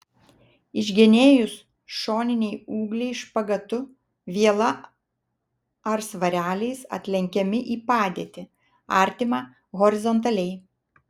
išgenėjus šoniniai ūgliai špagatu viela ar svareliais atlenkiami į padėtį artimą horizontaliai